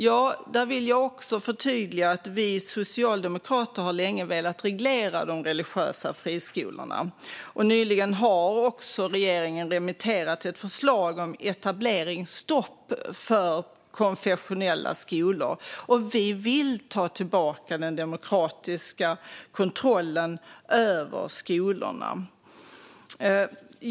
Jag vill förtydliga att vi socialdemokrater länge har velat reglera de religiösa friskolorna. Nyligen har regeringen remitterat ett förslag om etableringsstopp för konfessionella skolor, och vi vill ta tillbaka den demokratiska kontrollen över skolorna.